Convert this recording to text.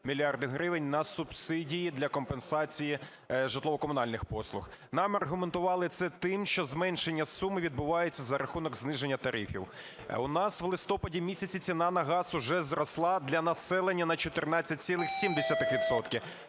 мільярда гривень на субсидії для компенсації житлово-комунальних послуг. Нам аргументували це тим, що зменшення суми відбувається за рахунок зниження тарифів. У нас в листопаді місяці ціна на газ вже зросла для населення на 14,7